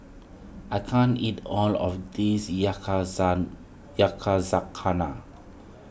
I can't eat all of this Yakizakana